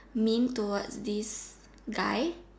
mean towards this guy